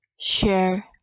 share